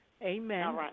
Amen